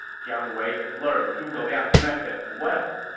jiang wei has learned zhuge liang's methods well!